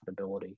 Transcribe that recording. profitability